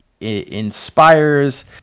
inspires